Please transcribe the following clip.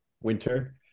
winter